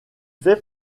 fait